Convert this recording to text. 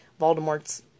Voldemort's